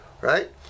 right